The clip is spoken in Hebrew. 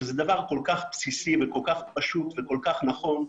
שזה דבר כל כך בסיסי וכל כך פשוט וכל כך נכון,